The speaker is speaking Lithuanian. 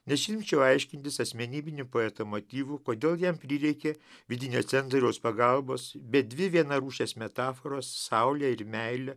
nesiimčiau aiškintis asmenybinių poetą motyvų kodėl jam prireikė vidinio cenzoriaus pagalbos bet dvi vienarūšės metaforos saulė ir meilė